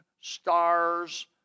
stars